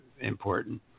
important